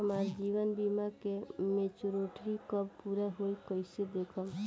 हमार जीवन बीमा के मेचीयोरिटी कब पूरा होई कईसे देखम्?